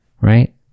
right